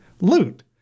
loot